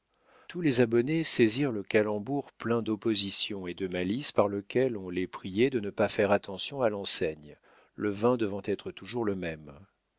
tous les abonnés saisirent le calembour plein d'opposition et de malice par lequel on les priait de ne pas faire attention à l'enseigne le vin devant être toujours le même